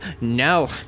No